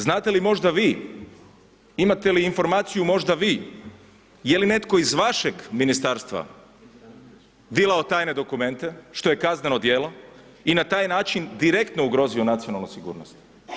Znate li možda vi, imate li informaciju možda vi, je li netko iz vašeg ministarstva dilao tajne dokumente, što je kazneno djelo i na taj način direktno ugrozio nacionalnu sigurnost?